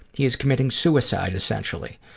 he is committing suicide, essentially.